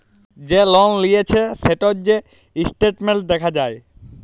যে লল লিঁয়েছে সেটর যে ইসট্যাটমেল্ট দ্যাখা যায়